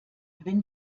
wenn